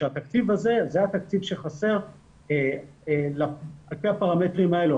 שהתקציב הזה זה התקציב שחסר על פי הפרמטרים האלו,